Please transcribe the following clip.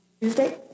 Tuesday